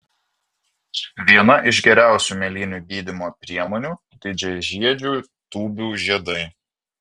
viena iš geriausių mėlynių gydymo priemonių didžiažiedžių tūbių žiedai